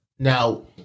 Now